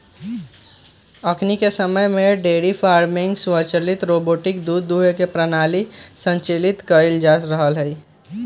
अखनिके समय में डेयरी फार्मिंग स्वचालित रोबोटिक दूध दूहे के प्रणाली संचालित कएल जा रहल हइ